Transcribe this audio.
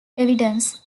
evidence